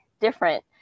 different